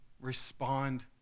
respond